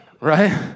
right